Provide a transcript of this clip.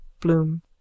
Bloom